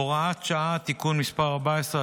(הוראת שעה) (תיקון מס' 14),